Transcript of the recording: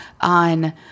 on